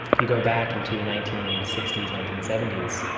you go back into the nineteen sixty s, nineteen seventy s,